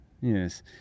Yes